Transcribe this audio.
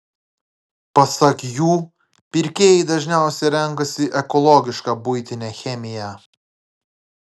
pasak jų pirkėjai dažniausiai renkasi ekologišką buitinę chemiją